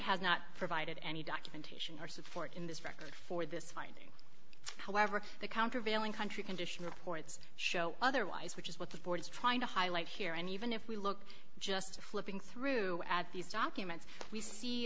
have not provided any documentation or support in this record for this finding however the countervailing country condition reports show otherwise which is what the board is trying to highlight here and even if we look just flipping through these documents we see